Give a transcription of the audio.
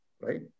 right